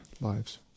lives